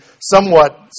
somewhat